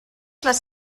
les